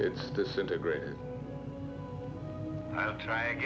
it's disintegrate